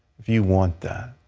if you want that,